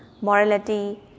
morality